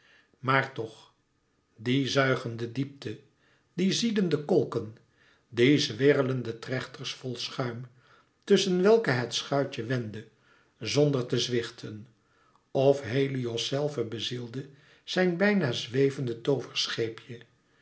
maar toch die zuigende diepte die ziedende kolken die zwirrelende trechters vol schuim tusschen welke het schuitje wendde zonder te zwichten of helios zelve bezielde zijn bijna zwevende